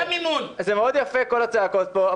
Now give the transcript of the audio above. מאוד יפה לשמוע את כל הצעקות פה.